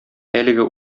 әлеге